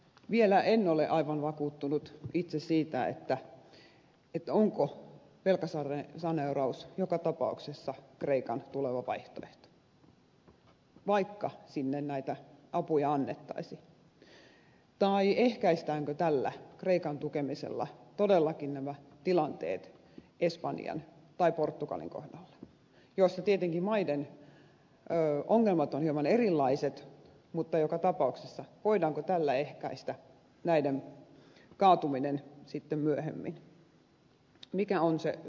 vielä en ole itse aivan vakuuttunut siitä onko velkasaneeraus joka tapauksessa kreikan tuleva vaihtoehto vaikka sinne näitä apuja annettaisiin tai ehkäistäänkö tällä kreikan tukemisella todellakin nämä tilanteet espanjan tai portugalin kohdalla näiden maiden ongelmat ovat tietenkin hieman erilaiset mutta joka tapauksessa voidaanko tällä ehkäistä näiden kaatuminen sitten myöhemmin mikä on se suora yhteys